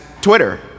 Twitter